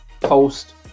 post